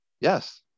Yes